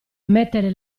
mettere